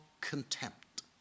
contempt